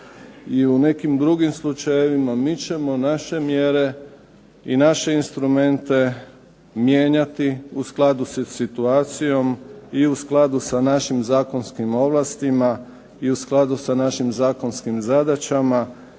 I u nekim drugim slučajevima mi ćemo naše mjere i naše instrumente mijenjati u skladu sa situacijom i u skladu sa našim zakonskim ovlastima i u skladu sa našim zakonskim zadaćama